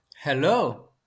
Hello